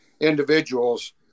individuals